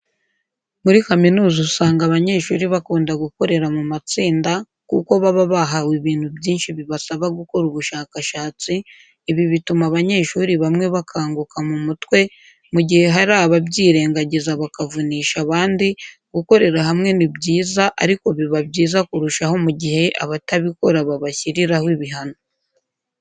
Muri kaminuza usanga abanyeshuri bakunda gukorera mu matsinda kuko baba bahawe ibintu byinshi bibasaba gukora ubushakashatsi, ibi bituma abanyeshuri bamwe bakanguka mu mutwe, mu gihe hari ababyirengagiza bakavunisha abandi, gukorera hamwe ni byiza ariko biba byiza kurushaho mu gihe abatabikora babashyiriraho ibihano.